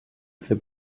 fer